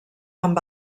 amb